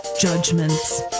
judgments